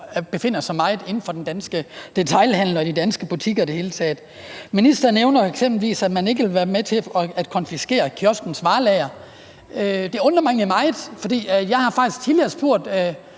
eller befinder sig meget inden for den danske detailhandel og i de danske butikker i det hele taget. Ministeren nævner eksempelvis, at man ikke vil være med til at konfiskere kioskens varelager. Det undrer mig egentlig meget, for jeg har faktisk tidligere spurgt